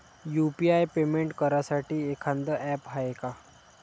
UPI payment करासाठी एखांद app हाय का?